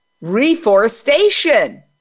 reforestation